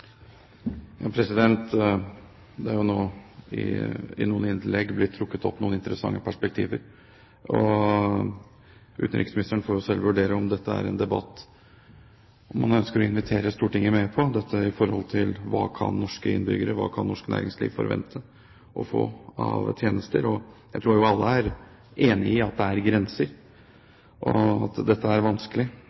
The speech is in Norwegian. nå i noen innlegg blitt trukket opp noen interessante perspektiver. Utenriksministeren får selv vurdere om dette er en debatt som han ønsker å invitere Stortinget med på – om hva norske innbyggere og norsk næringsliv kan forvente å få av tjenester. Jeg tror vi alle er enig i at det er grenser, og at dette er vanskelig.